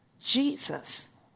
Jesus